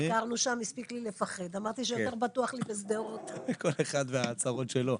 כשראיתי את הדיון,